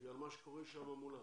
בגלל מה שקורה שם מולם.